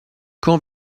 quand